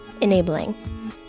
enabling